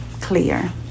clear